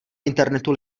internetu